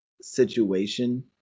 situation